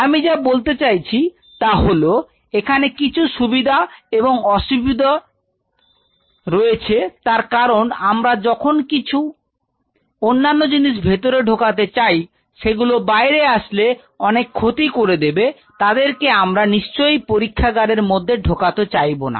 আমি যা বলতে চাইছি তাহলে এখানে কিছু সুবিধা এবং অসুবিধা রয়েছে তার কারণ আমরা যখন কিছু অন্যান্য জিনিস ভেতরে ঢোকাতে চাই যেগুলো বাইরে আসলে অনেক ক্ষতি করে দেবে তাদেরকে আমরা নিশ্চয়ই পরীক্ষা গারের মধ্যে ঢোকাতে চাইবোনা